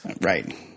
Right